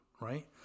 right